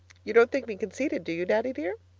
you don't think me conceited, do you, daddy dear?